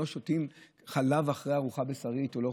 לא שותים חלב אחרי ארוחה בשרית או לא